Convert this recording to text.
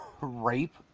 Rape